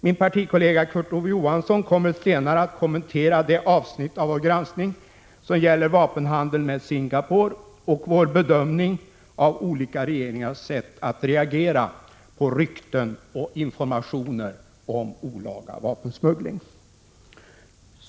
Min partikollega Kurt Ove Johansson kommer senare att kommentera det avsnitt av vår granskning som gäller vapenhandeln med Singapore och vår bedömning av olika regeringars sätt att reagera på rykten och informationer om olaga vapensmuggling.